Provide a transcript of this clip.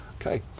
Okay